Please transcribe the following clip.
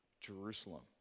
Jerusalem